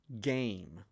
game